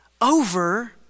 over